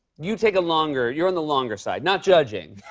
you take a longer you're on the longer side. not judging.